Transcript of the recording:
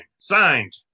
Signed